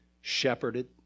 shepherded